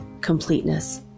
completeness